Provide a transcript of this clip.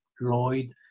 Lloyd